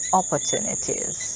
opportunities